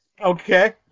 Okay